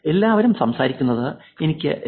എല്ലാവരും സംസാരിക്കുന്നത് എനിക്ക് 2